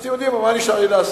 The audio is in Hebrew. אז אתם יודעים, מה נשאר לי לעשות?